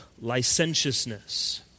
licentiousness